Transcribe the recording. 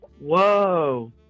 Whoa